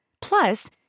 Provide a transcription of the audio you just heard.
Plus